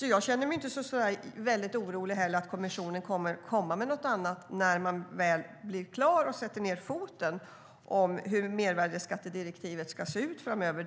Jag känner mig inte särskilt orolig för att kommissionen kommer med något annat när man väl blir klar och sätter ned foten om hur mervärdesskattedirektivet ska se ut framöver.